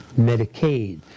Medicaid